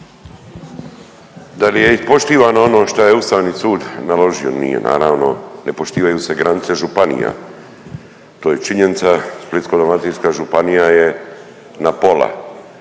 Da li je ispoštivano ono što je Ustavni sud naložio? Nije naravno. Ne poštivaju se granice županija, to je činjenica, Splitsko-dalmatinska županija je na pola,